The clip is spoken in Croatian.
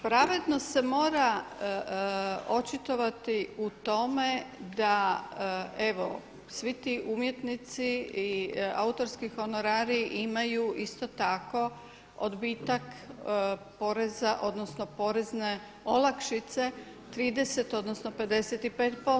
Pravednost se mora očitovati u tome da evo svi ti umjetnici i autorski honorari imaju isto tako odbitak poreza, odnosno porezne olakšice 30 odnosno 55%